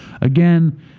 Again